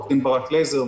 עו"ד ברק לייזר,